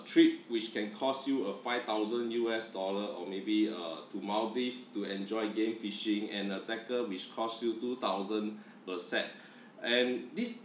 trip which can cost you uh five thousand U_S dollar or maybe uh to maldives to enjoy game fishing and a tackle which costs you two thousand per set and this